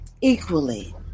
equally